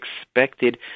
expected